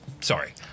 Sorry